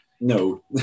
no